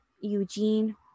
Eugene